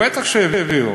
בטח שהביאו.